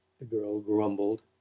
the girl grumbled,